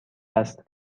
است